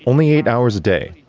only eight hours a day,